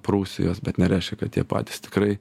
prūsijos bet nereiškia kad jie patys tikrai